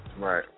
Right